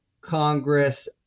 Congress